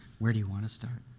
where do you want to start?